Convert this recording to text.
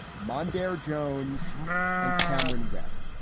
mondher jones and cameron webb.